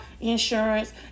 insurance